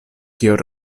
kiel